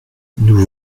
nous